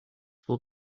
will